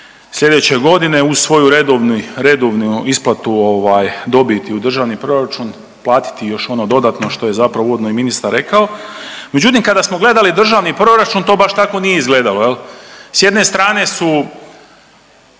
slijedeće godine uz svoju redovni, redovnu isplatu ovaj dobiti u državni proračun platiti još ono dodatno što je zapravo uvodno i ministar rekao, međutim kada smo gledali državni proračun to baš tako nije izgledalo jel. S jedne strane su